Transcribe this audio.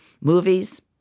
movies